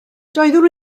doeddwn